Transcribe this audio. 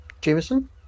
Jameson